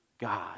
God